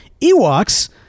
Ewoks